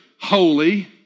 holy